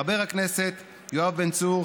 חבר הכנסת יואב בן צור,